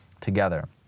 together